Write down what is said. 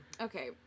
okay